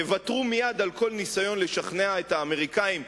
תוותרו מייד על כל ניסיון לשכנע את האמריקנים,